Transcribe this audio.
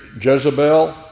Jezebel